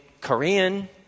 Korean